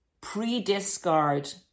pre-discard